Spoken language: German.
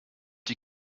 die